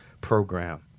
program